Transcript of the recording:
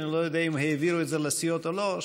אני לא יודע אם העבירו את זה לסיעות או לא,